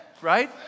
Right